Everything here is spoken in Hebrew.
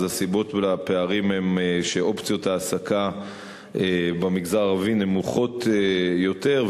הסיבות לפערים הן שאופציות ההעסקה במגזר הערבי נמוכות יותר,